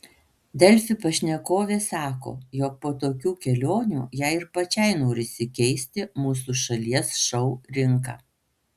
delfi pašnekovė sako jog po tokių kelionių jai ir pačiai norisi keisti mūsų šalies šou rinką